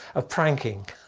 of pranking.